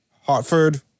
hartford